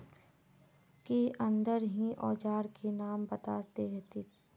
के अंदर ही औजार के नाम बता देतहिन?